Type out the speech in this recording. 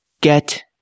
Get